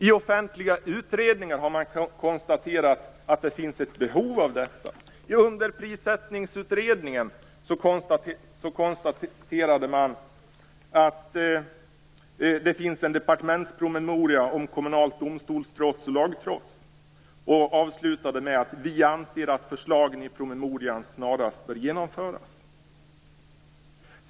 I offentliga utredningar har man konstaterat att det finns ett behov av detta. I underprissättningsutredningen konstaterade man att det finns en departementspromemoria om kommunalt domstolstrots och lagtrots. Man avslutade med att säga: Vi anser att förslagen i promemorian snarast bör genomföras.